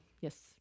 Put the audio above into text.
Yes